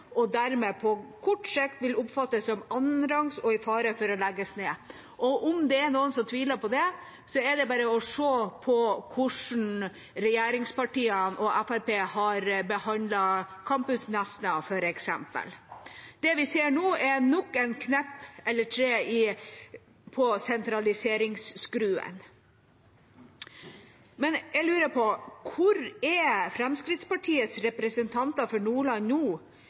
og dermed på kort sikt vil oppfattes som annenrangs og stå i fare for å legges ned. Om det er noen som tviler på det, er det bare å se på hvordan regjeringspartiene og Fremskrittspartiet har behandlet campus Nesna, f.eks. Det vi ser nå, er nok en knepp – eller tre – på sentraliseringsskruen. Men jeg lurer på: Hvor er Fremskrittspartiets representanter for Nordland nå?